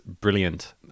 brilliant